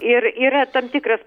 ir yra tam tikras